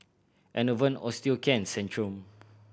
Enervon Osteocare and Centrum